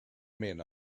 men